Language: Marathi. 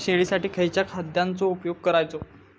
शेळीसाठी खयच्या खाद्यांचो उपयोग करायचो?